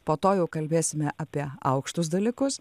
po to jau kalbėsime apie aukštus dalykus